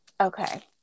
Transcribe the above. Okay